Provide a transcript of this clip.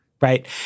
right